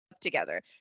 together